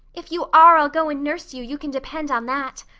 if you are i'll go and nurse you, you can depend on that.